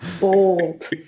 Bold